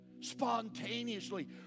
spontaneously